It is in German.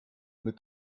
mit